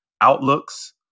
outlooks